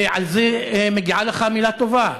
ועל זה מגיעה לך מילה טובה.